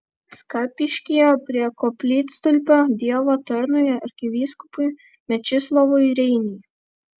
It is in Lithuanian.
skapiškyje prie koplytstulpio dievo tarnui arkivyskupui mečislovui reiniui